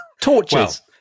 Torches